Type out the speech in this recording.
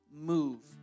move